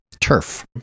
turf